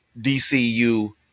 DCU